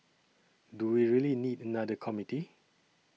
do we really need another committee